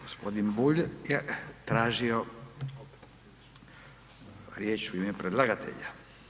Gospodin Bulj je tražio riječ u ime predlagatelja.